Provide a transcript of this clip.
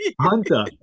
Hunter